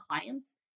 clients